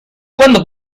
cuando